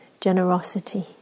generosity